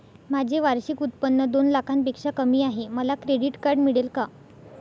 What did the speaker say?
माझे वार्षिक उत्त्पन्न दोन लाखांपेक्षा कमी आहे, मला क्रेडिट कार्ड मिळेल का?